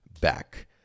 back